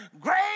Great